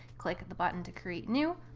click the button to create new.